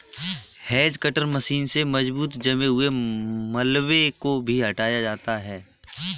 hedge cutter machine से मजबूत जमे हुए मलबे को भी हटाया जाता है